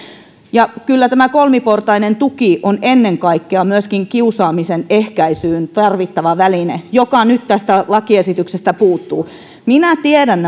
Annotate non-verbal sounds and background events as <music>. ja kyllä tämä kolmiportainen tuki on ennen kaikkea myöskin kiusaamisen ehkäisyyn tarvittava väline ja se tästä lakiesityksestä nyt puuttuu minä tiedän <unintelligible>